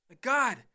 God